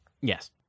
Yes